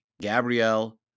Gabrielle